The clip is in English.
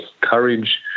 courage